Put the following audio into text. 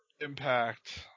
Impact